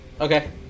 Okay